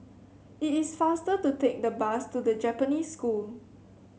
it is faster to take the bus to The Japanese School